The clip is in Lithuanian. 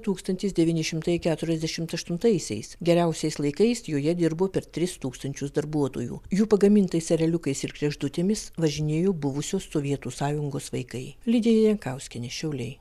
tūkstantis devyni šimtai keturiasdešimt aštuntaisiais geriausiais laikais joje dirbo per tris tūkstančius darbuotojų jų pagamintais ereliukais ir kregždutėmis važinėjo buvusios sovietų sąjungos vaikai lidija jankauskienė šiauliai